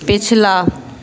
पिछला